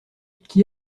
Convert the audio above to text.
qui